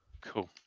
Cool